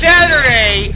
Saturday